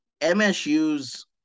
MSU's